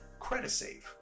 CreditSafe